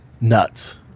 nuts